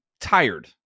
tired